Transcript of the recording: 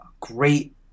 great